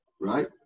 right